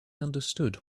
understood